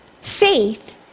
faith